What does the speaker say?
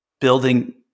building